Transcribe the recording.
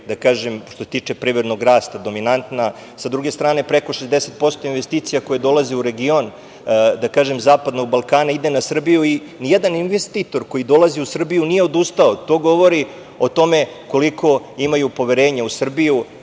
je, što se tiče privrednog rasta, dominanta. Sa druge strane, preko 60% investicija koje dolaze u region Zapadnog Balkana ide na Srbiju i nijedan investitor koji dolazi u Srbiju nije odustao. To govori o tome koliko imaju poverenje u Srbiju,